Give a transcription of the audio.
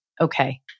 okay